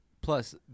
Plus